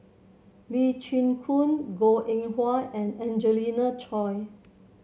Lee Chin Koon Goh Eng Wah and Angelina Choy